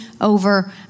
over